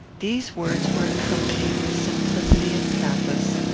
these words were accompanied with simplicity and pathos,